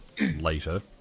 later